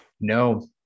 No